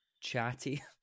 chatty